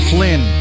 Flynn